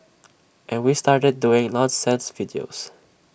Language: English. and we started doing nonsense videos